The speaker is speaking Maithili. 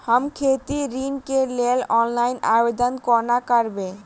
हम खेती ऋण केँ लेल ऑनलाइन आवेदन कोना करबै?